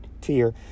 tier